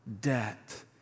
debt